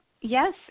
Yes